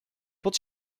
pod